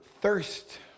thirst